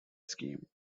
scheme